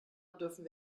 dürfen